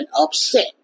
upset